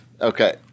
Okay